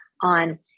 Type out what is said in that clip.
on